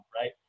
right